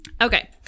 Okay